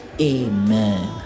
Amen